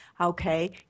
okay